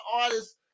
artists